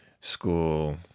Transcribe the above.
school